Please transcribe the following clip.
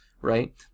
right